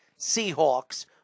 Seahawks